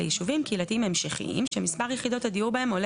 ביישובים קהילתיים המשכיים שמספר יחידות הדיור בהם עולה